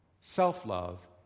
self-love